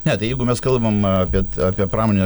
ne tai jeigu mes kalbam apie apie pramonę